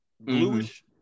bluish